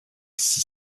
six